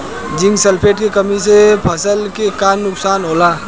Zinc sulphate के कमी से फसल के का नुकसान होला?